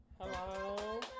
Hello